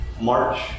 March